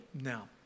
now